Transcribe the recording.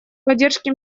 поддержки